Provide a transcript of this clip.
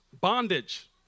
bondage